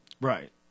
right